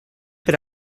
per